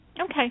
Okay